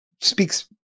speaks